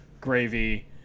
gravy